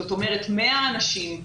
זאת אומרת, 100 אנשים שאחרת,